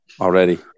already